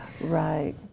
Right